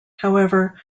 however